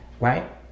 Right